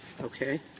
okay